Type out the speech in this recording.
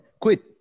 quit